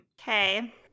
Okay